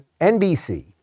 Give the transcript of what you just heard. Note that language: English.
NBC